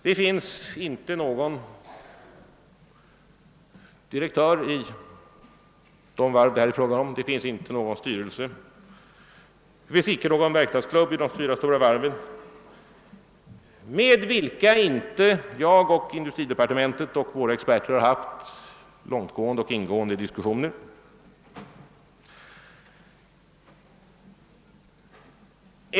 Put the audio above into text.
Det finns inte någon direktör eller styrelse i de varv det här är fråga om och det finns inte någon verkstadsklubb vid de fyra stora varven, med vilka inte jag och industridepartementets experter haft långtgående och ingående diskussioner.